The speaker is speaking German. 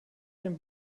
dem